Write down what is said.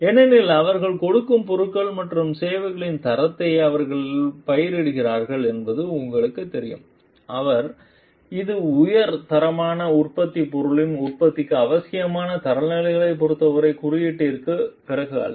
ஏனெனில் அவர்கள் கொடுக்கும் பொருட்கள் மற்றும் சேவைகளின் தரத்தை அவர்கள் பயிரிடுகிறார்கள் என்பது உங்களுக்குத் தெரியும் இது உயர் தரமான உற்பத்திப் பொருளின் உற்பத்திக்கு அவசியமான தரநிலைகளைப் பொறுத்தவரை குறியீட்டிற்குப் பிறகு அல்ல